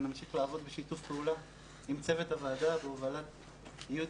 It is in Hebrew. ונמשיך לעבוד בשיתוף פעולה עם צוות הוועדה בהובלת יהודית,